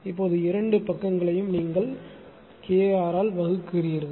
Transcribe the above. இப்போது இரண்டு பக்கங்களையும் நீங்கள் KR ஆல் வகுக்கிறீர்கள்